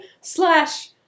slash